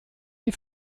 die